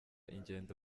ingendo